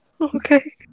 Okay